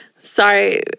Sorry